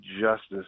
justice